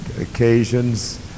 occasions